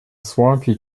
swampy